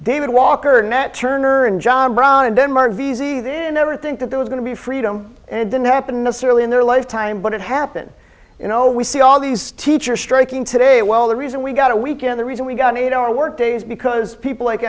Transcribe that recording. david walker net turner and john brown and then merv easy the never think that there was going to be freedom and it didn't happen necessarily in their lifetime but it happened you know we see all these teachers striking today well the reason we got a week and the reason we got an eight hour workdays because people like